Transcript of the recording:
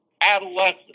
adolescence